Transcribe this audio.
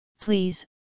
please